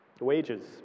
Wages